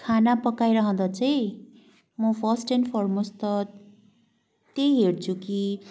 खाना पकाइरहँदा चाहिँ म फर्स्ट एन्ड फर मोस्ट त त्यही हेर्छु कि